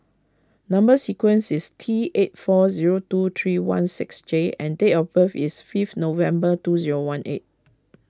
Number Sequence is T eight four zero two three one six J and date of birth is fifth November two zero one eight